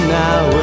now